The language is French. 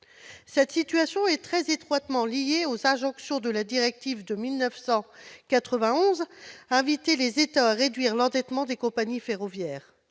Cette situation est très étroitement liée aux injonctions de la directive de 1991, à savoir inviter les États à réduire l'endettement des compagnies ferroviaires.